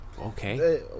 Okay